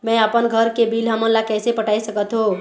मैं अपन घर के बिल हमन ला कैसे पटाए सकत हो?